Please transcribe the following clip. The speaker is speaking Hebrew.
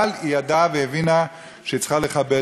אבל היא ידעה והבינה שהיא צריכה לכבד,